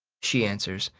she answers,